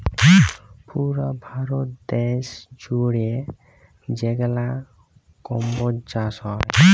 পুরা ভারত দ্যাশ জুইড়ে যেগলা কম্বজ চাষ হ্যয়